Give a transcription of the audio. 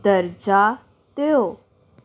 ਦਰਜਾ ਦਿਓ